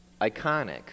iconic